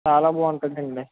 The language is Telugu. చాలా బాగుంటుందండి